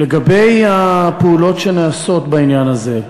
לגבי הפעולות שנעשות בעניין הזה,